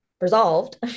resolved